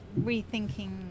rethinking